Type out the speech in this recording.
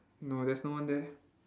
no there's no one there